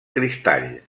cristall